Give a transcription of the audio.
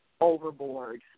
overboard